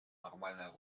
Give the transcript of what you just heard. нормальное